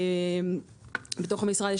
בתוך המשרד,